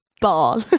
Ball